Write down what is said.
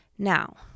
Now